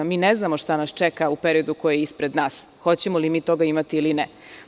Jer, mi ne znamo šta nas čeka u periodu koji je ispred nas, hoćemo li mi toga imati ili ne.